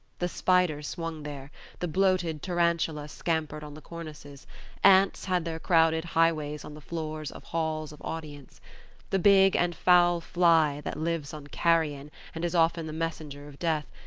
the spider swung there the bloated tarantula scampered on the cornices ants had their crowded highways on the floor of halls of audience the big and foul fly, that lives on carrion and is often the messenger of death,